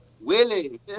Willie